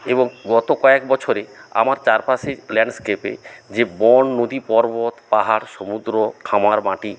এবং গত কয়েক বছরে আমার চারপাশে ল্যান্ডস্কেপে যে বন নদী পর্বত পাহাড় সমুদ্র খামার মাটি